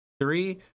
three